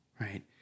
right